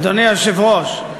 אדוני היושב-ראש,